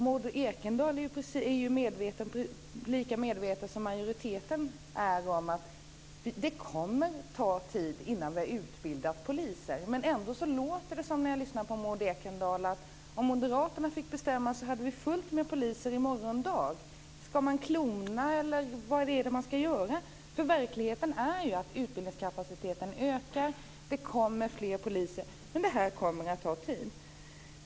Maud Ekendahl är också lika medveten som majoriteten om att det kommer att ta tid innan vi har utbildat poliser. Ändå låter det, när jag lyssnar på Maud Ekendahl, som om bara Moderaterna fick bestämma skulle vi ha fullt med poliser i morgon dag. Ska man klona, eller vad ska man göra? Verkligheten är ju att utbildningskapaciteten ökar och det kommer fler poliser, men det här kommer att ta tid.